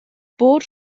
bod